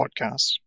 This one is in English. podcasts